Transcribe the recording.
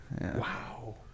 Wow